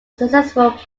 successful